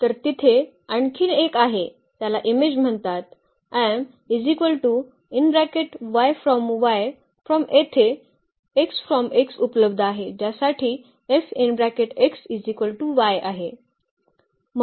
तर तिथे आणखीन एक आहे त्याला इमेज म्हणतात Im आहे